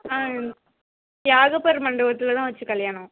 தியாகப்பர் மண்டபத்தில்தான் வச்சு கல்யாணம்